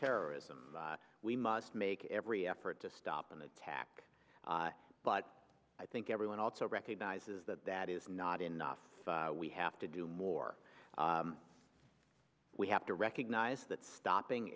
terrorism we must make every effort to stop an attack but i think everyone also recognizes that that is not enough we have to do more we have to recognize that stopping